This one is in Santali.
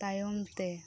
ᱛᱟᱭᱚᱢ ᱛᱮ